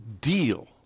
deal